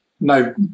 no